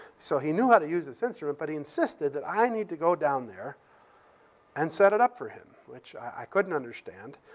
so he knew how to use the sensor, but he insisted that i need to go down there and set it up for him, which i couldn't understand.